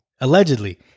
Allegedly